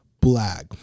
Black